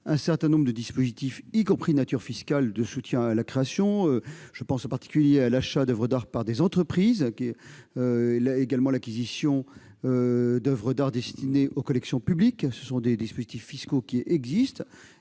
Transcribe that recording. un certain nombre de dispositifs, y compris de nature fiscale, de soutien à la création ; je pense en particulier à l'achat d'oeuvres d'art par des entreprises et à l'acquisition d'oeuvres d'art destinées aux collections publiques, deux dispositifs fiscaux applicables